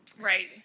Right